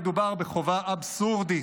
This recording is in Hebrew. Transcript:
מדובר בחובה אבסורדית,